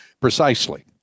Precisely